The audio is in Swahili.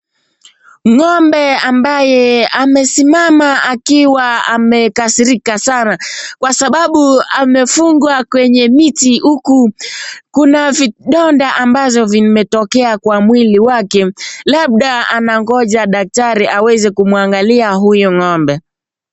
Ng'ombe ambaye amesimama akiwa amekasirika sana kwa sababu amefungwa kwenye miti huku kuna vidonda ambazo vimetokea kwa mwili wake, labda anangoja daktari aweze kumwangalia huyu ng'ombe.